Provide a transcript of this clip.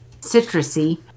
citrusy